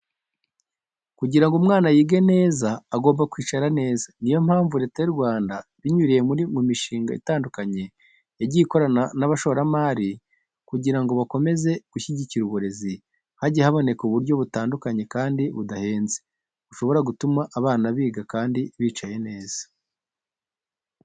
Kugira ngo umwana yige neza agomba kwicara neza. Ni yo mpamvu Leta y'u Rwanda binyuriye mu mishinga itandukanye yagiye ikorana n'abashoramari kugira ngo bakomeze gushyigikira uburezi. Hagiye haboneka uburyo butandukanye kandi budahenze, bushobora gutuma abana biga kandi bicaye neza.